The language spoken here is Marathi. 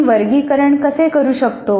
करू शकतो